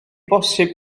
bosibl